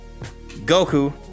Goku